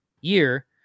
year